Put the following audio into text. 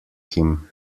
him